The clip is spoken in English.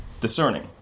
Discerning